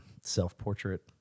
self-portrait